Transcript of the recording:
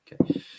Okay